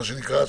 מה שנקרא,